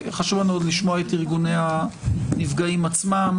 חשוב לנו עוד לשמוע את ארגוני הנפגעים עצמם.